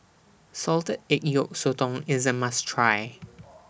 Salted Egg Yolk Sotong IS A must Try